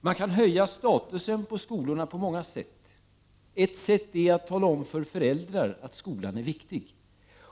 Man kan höja skolornas status på många sätt. Ett sätt är att tala om för föräldrar att skolan är viktig.